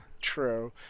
True